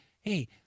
hey